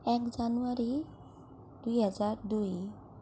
এক জানুৱাৰী দুই হাজাৰ দুই